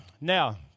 Now